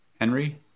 Henry